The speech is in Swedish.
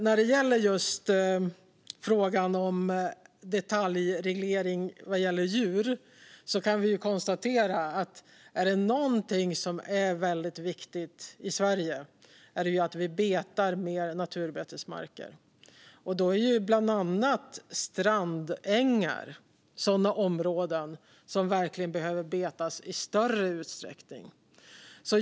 När det gäller just frågan om detaljreglering avseende djur kan vi konstatera att något som är väldigt viktigt i Sverige är att mer naturbetesmarker betas. Bland annat strandängar är områden som verkligen behöver betas i större utsträckning.